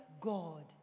God